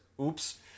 Oops